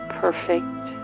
perfect